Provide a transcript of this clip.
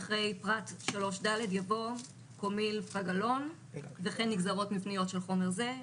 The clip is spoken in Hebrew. אחרי פרט 3 ג יבוא: 3ה. קומיל פגלון וכן נגזרות מבניות של חומר זה (ג)